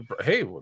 hey